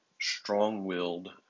strong-willed